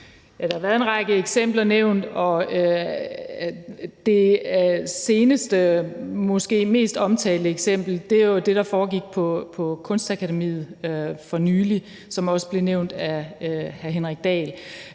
Der har været nævnt en række eksempler, og det seneste og måske mest omtalte eksempel var jo det, der foregik på Kunstakademiet for nylig, og som også blev nævnt af hr. Henrik Dahl.